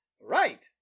Right